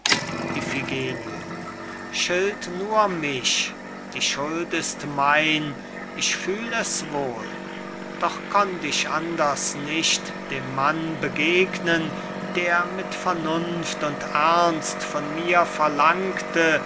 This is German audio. schilt nur mich die schuld ist mein ich fühl es wohl doch konnt ich anders nicht dem mann begegnen der mit vernunft und ernst von mir verlangte